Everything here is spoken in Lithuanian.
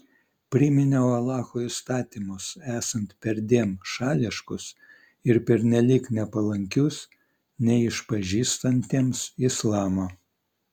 priminiau alacho įstatymus esant perdėm šališkus ir pernelyg nepalankius neišpažįstantiems islamo